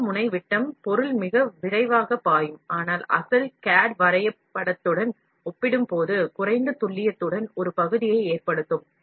பெரிய முனை விட்டத்தில் பொருள் மிக விரைவாக பாயும் ஆனால் CAD வரைபடத்துடன் ஒப்பிடும்போது குறைந்த துல்லியத்துடநே காணப்படுகிறது